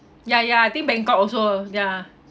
ya ya I think bangkok also ya